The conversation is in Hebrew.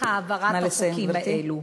העברת החוקים האלו.